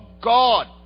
God